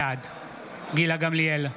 בעד גילה גמליאל,